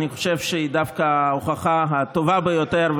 אני חושב שהיא דווקא ההוכחה הטובה ביותר.